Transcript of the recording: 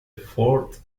fort